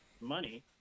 money